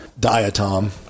diatom